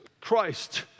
Christ